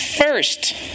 first